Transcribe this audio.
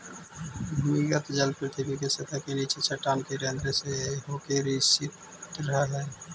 भूमिगत जल पृथ्वी के सतह के नीचे चट्टान के रन्ध्र से होके रिसित रहऽ हई